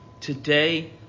today